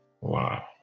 Wow